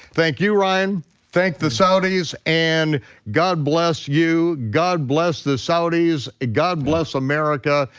thank you, ryan, thank the saudis, and god bless you, god bless the saudis, ah god bless america,